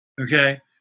okay